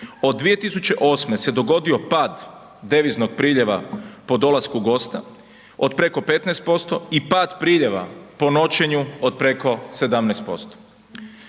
od 2008. se dogodio pad deviznog priljeva po dolasku gosta od preko 15% i pad priljeva po noćenju od preko 17%.